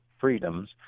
freedoms